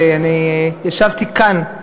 ואני ישבתי כאן,